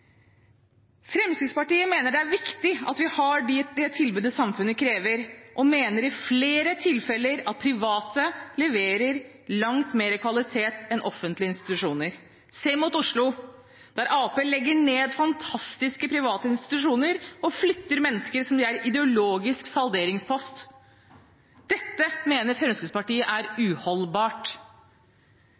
Fremskrittspartiet mener det er viktig at vi har det tilbudet samfunnet krever, og mener i flere tilfeller at private leverer langt mer kvalitet enn offentlige institusjoner. Se mot Oslo, der Arbeiderpartiet legger ned fantastiske private institusjoner og flytter mennesker som om de er en ideologisk salderingspost. Dette mener Fremskrittspartiet er uholdbart.